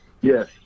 Yes